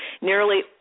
Nearly